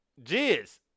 jizz